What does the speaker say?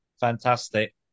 Fantastic